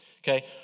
Okay